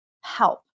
help